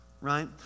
right